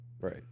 Right